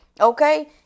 okay